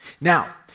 Now